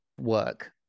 work